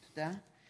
תודה.